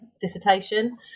dissertation